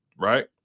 right